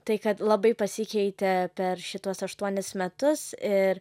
tai kad labai pasikeitė per šituos aštuonis metus ir